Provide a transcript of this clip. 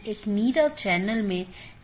क्योंकि यह एक बड़ा नेटवर्क है और कई AS हैं